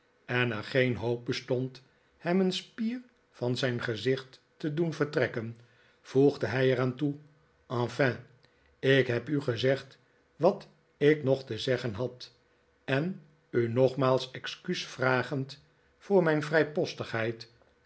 en er geen hoop bestond hem een spier van zijn gezicht te doen vertrekken voegde hij er aan toe enfin ik heb nu gezegd wat ik nog te zeggen had en u nogmaals excuus vragend voor mijn